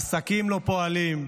העסקים לא פועלים.